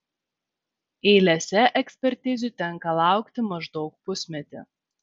eilėse ekspertizių tenka laukti maždaug pusmetį